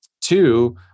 Two